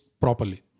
properly